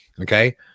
Okay